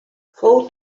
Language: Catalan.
fou